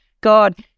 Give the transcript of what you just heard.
God